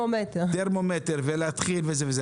שצריך טרמומטר שימדוד 4 מעלות.